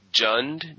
Jund